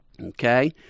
Okay